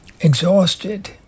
exhausted